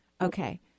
Okay